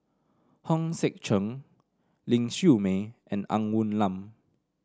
Hong Sek Chern Ling Siew May and Ng Woon Lam